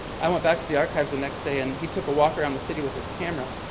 i went back to the archives the next day and he took a walk around the city with his camera.